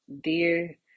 dear